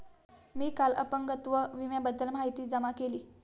मी काल अपंगत्व विम्याबद्दल माहिती जमा केली